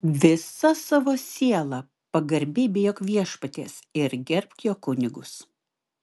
visa savo siela pagarbiai bijok viešpaties ir gerbk jo kunigus